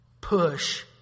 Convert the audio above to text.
push